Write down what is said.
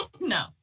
no